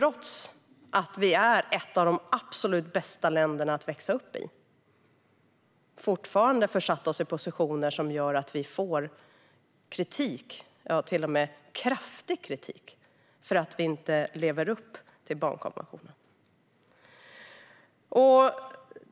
Trots att vi är ett av bästa länderna att växa upp har vi fortfarande försatt oss i positioner som gör att vi får kritik - ja, till och med kraftig kritik - för att vi inte lever upp till barnkonventionen.